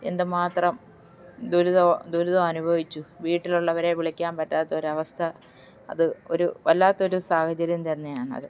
എന്തുമാത്രം ദുരിതവും ദുരിതം അനുഭവിച്ചു വീട്ടിലുള്ളവരെ വിളിക്കാൻ പറ്റാത്തൊരവസ്ഥ അത് ഒരു വല്ലാത്തൊരു സാഹചര്യം തന്നെയാണത്